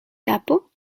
kapo